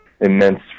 immense